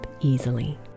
easily